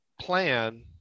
plan